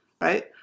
right